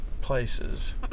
places